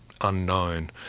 unknown